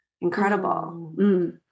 incredible